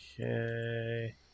Okay